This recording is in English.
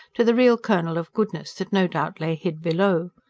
to the real kernel of goodness that no doubt lay hid below.